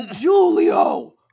Julio